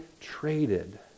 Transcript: traded